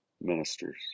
ministers